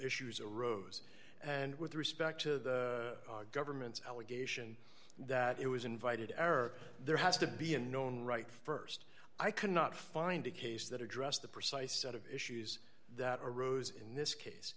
issues arose and with respect to government's allegation that it was invited error there has to be a known right st i cannot find a case that addressed the precise set of issues that arose in this case